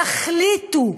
תחליטו.